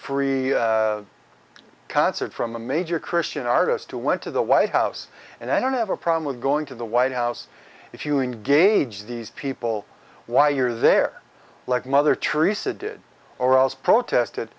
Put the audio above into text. free concert from a major christian artist who went to the white house and i don't have a problem with going to the white house if you engage these people while you're there like mother teresa did or else protested